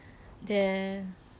there